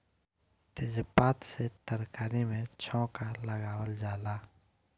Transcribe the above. तेजपात से तरकारी में छौंका लगावल जाला